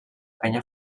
penya